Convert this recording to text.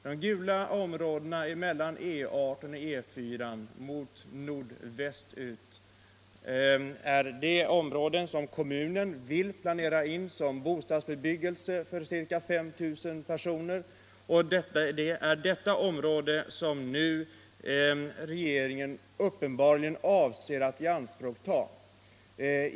De gula områdena mellan E 18 och E 4 nordvästut är de områden som kommunen vill planera in för bostadsbebyggelse åt ca 5 000 personer, och det är dessa områden som nu regeringen uppenbarligen avser att ta i anspråk.